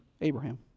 Abraham